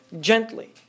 gently